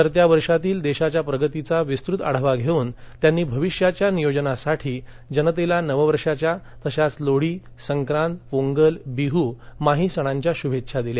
सरत्या वर्षातील देशाच्या प्रगतीचा विस्तृत आढावा घेऊन त्यांनी भविष्याच्या नियोजनासाठी जनतेला नववर्षाच्या तसंच लोहडी संक्रांत पोंगल बिहू माघी इत्यादी सणांच्या शुभेच्छा दिल्या